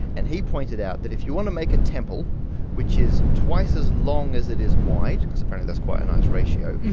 and he pointed out that if you want to make a temple which is twice as long as it is wide, because apparently that's quite a nice ratio,